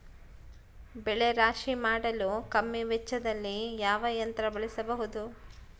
ಬೆಳೆ ರಾಶಿ ಮಾಡಲು ಕಮ್ಮಿ ವೆಚ್ಚದಲ್ಲಿ ಯಾವ ಯಂತ್ರ ಬಳಸಬಹುದು?